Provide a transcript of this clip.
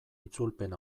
itzulpen